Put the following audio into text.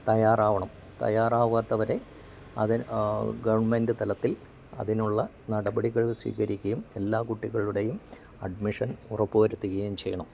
തയ്യാറാവണം തയ്യാറാവാത്തവരെ അത് ഗെവൺമെൻറ് തലത്തിൽ അതിനുള്ള നടപടികൾ സ്വീകരിക്കുകയും എല്ലാ കുട്ടികളുടെയും അഡ്മിഷൻ ഉറപ്പു വരുത്തുകയും ചെയ്യണം